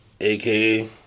aka